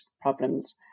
problems